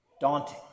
daunting